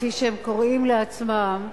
כפי שהם קוראים לעצמם,